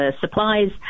supplies